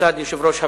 לצד יושב-ראש הוועדה.